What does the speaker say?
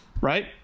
Right